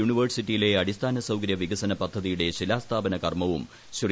യൂണിവേഴ്സിറ്റിയിലെ അടിസ്ഥാന സൌകരൃ വികസന പദ്ധതിയുടെ ശിലാസ്ഥാപന കർമ്മവും ശ്രീ